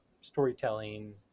storytelling